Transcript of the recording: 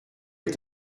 est